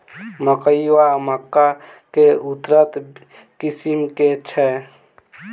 मकई वा मक्का केँ उन्नत किसिम केँ छैय?